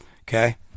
okay